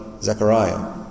Zechariah